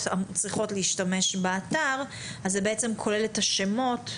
צריכות להשתמש באתר אז זה כולל את השמות,